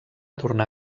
tornar